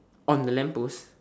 on the lamp post